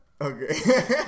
Okay